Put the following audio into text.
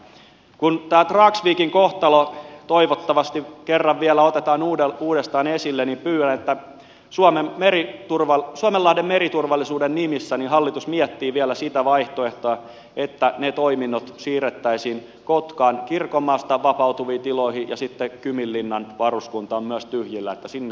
kun tämä dragsvikin kohtalo toivottavasti kerran vielä otetaan uudestaan esille niin pyydän että suomenlahden meriturvallisuuden nimissä hallitus miettii vielä sitä vaihtoehtoa että ne toiminnot siirrettäisiin kotkaan kirkonmaasta vapautuviin tiloihin ja sitten kyminlinnan varuskunta on myös tyhjillään että sinne mahtuu